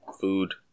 food